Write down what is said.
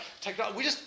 technology